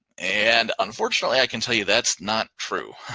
and unfortunately i can tell you that's not true.